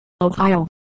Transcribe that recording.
Ohio